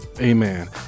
amen